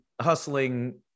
hustling